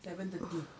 seven thirty